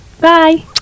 Bye